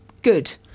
Good